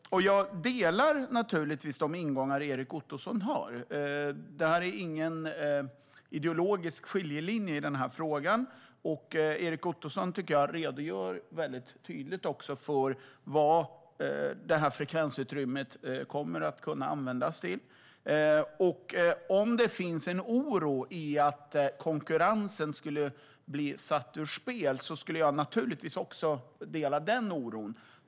Jag delar de ingångar Erik Ottoson har i den här frågan. Det finns ingen ideologisk skiljelinje i den här frågan. Jag tycker att Erik Ottoson mycket tydligt redogör för vad detta frekvensutrymme kommer att kunna användas till. Om det funnits en oro för att konkurrensen skulle bli satt ur spel skulle jag naturligtvis också dela den oron.